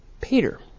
Peter